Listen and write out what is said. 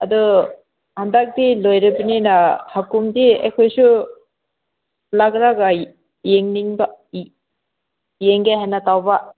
ꯑꯗꯨ ꯍꯟꯗꯛꯇꯤ ꯂꯣꯏꯔꯕꯅꯤꯅ ꯍꯥꯀꯨꯝꯗꯤ ꯑꯩꯈꯣꯏꯁꯨ ꯂꯥꯛꯔꯒ ꯌꯦꯡꯅꯤꯡꯕ ꯌꯦꯡꯒꯦ ꯍꯥꯏꯅ ꯇꯧꯕ